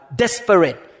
desperate